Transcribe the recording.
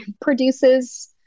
produces